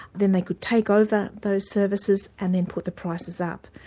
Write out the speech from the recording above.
then they could take over those services, and then put the prices up.